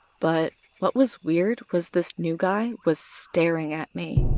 but, what was weird was this new guy was staring at me,